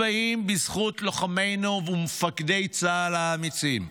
הוא מגיע להישגים צבאיים בזכות לוחמינו ומפקדי צה"ל האמיצים,